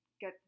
get